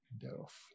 thereof